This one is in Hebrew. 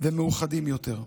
ומאוחדים יותר.